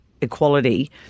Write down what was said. equality